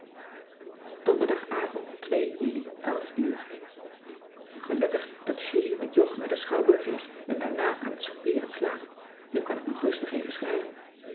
onderdagavond uli elf uur gelukig dat julie met jog naar den schouwburg is en daarna aan t soupeeren slaat nu kan ik nog rustig even schrijven